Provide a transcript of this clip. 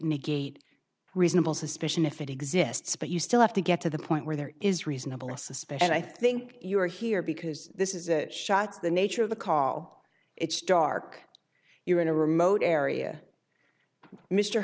negate reasonable suspicion if it exists but you still have to get to the point where there is reasonable suspicion and i think you're here because this is shots the nature of the call it's dark you're in a remote area mr